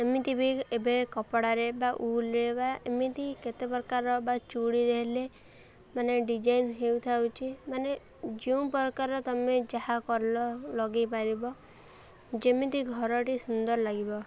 ଏମିତି ବି ଏବେ କପଡ଼ାରେ ବା ଉଲ୍ରେ ବା ଏମିତି କେତେ ପ୍ରକାର ବା ଚୁଡ଼ିରେ ହେଲେ ମାନେ ଡିଜାଇନ୍ ହେଉଥାଉଛି ମାନେ ଯେଉଁ ପ୍ରକାର ତମେ ଯାହା କଲ ଲଗେଇ ପାରିବ ଯେମିତି ଘରଟି ସୁନ୍ଦର ଲାଗିବ